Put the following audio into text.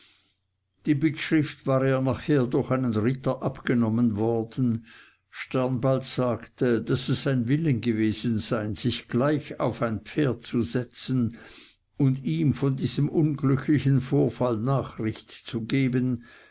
die bittschrift war ihr nachher durch einen ritter abgenommen worden sternbald sagte daß es sein wille gewesen sei sich gleich auf ein pferd zu setzen und ihm von diesem unglücklichen vorfall nachricht zu geben